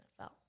NFL